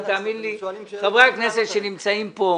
תאמין לי שחברי הכנסת שנמצאים כאן,